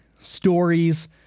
stories